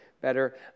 better